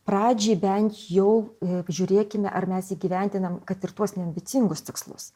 pradžiai bent jau apžiūrėkime ar mes įgyvendinam kad ir tuos neambicingus tikslus